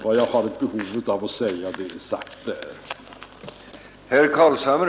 Vad jag har ett behov av att säga är sagt där.